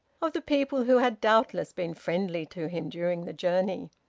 of the people who had doubtless been friendly to him during the journey.